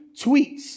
tweets